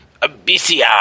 abyssia